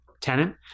tenant